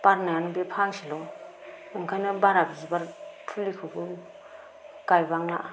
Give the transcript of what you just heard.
बारनायानो बे फांसेल' ओंखायनो बारा बिबार फुलिखौबो गायबाङा